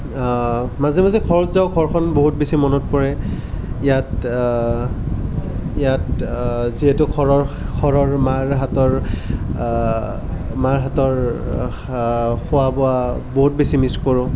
মাজে মাজে ঘৰত যাওঁ ঘৰখন বহুত বেছি মনত পৰে ইয়াত ইয়াত যিহেতু ঘৰৰ ঘৰৰ মাৰ হাতৰ মাৰ হাতৰ খোৱা বোৱা বহুত বেছি মিছ কৰোঁ